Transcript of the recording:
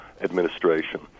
administration